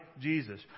Jesus